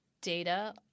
data